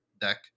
deck